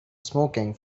smoking